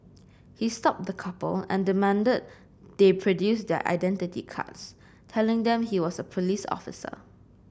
he stopped the couple and demanded they produce their identity cards telling them he was a police officer